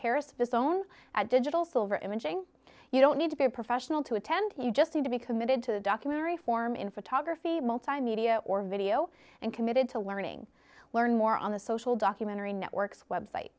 paris disowns at digital silver imaging you don't need to be a professional to attend you just need to be committed to the documentary form in photography multimedia or video and committed to learning learn more on the social documentary network's website